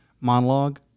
monologue